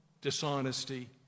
dishonesty